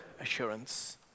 assurance